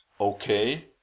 okay